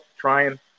trying